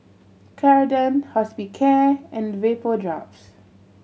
Ceradan Hospicare and Vapodrops